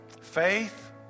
faith